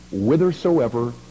whithersoever